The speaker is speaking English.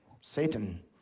Satan